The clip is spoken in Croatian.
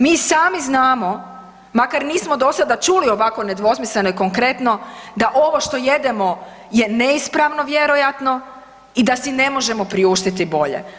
Mi sami znamo makar nismo dosada čuli ovako nedvosmisleno i konkretno da ovo što jedemo je neispravno vjerojatno i da si ne možemo priuštiti bolje.